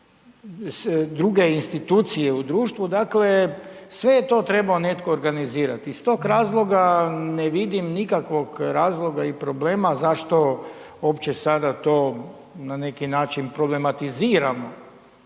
druge institucije u društvu, dakle sve je to trebao netko organizirati. Iz tog razloga ne vidim nikakvog razloga i problema zašto opće sada to na neki način problematiziramo